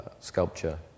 sculpture